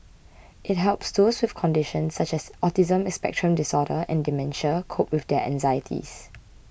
it helps those with conditions such as autism spectrum disorder and dementia cope with their anxieties